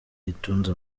itunze